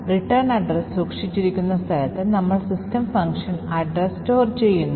return address സൂക്ഷിച്ചിരിക്കുന്ന സ്ഥലത്ത് നമ്മൾ സിസ്റ്റം ഫംഗ്ഷൻ അഡ്രസ് സ്റ്റോർ ചെയ്യുന്നു